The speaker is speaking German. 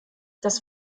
das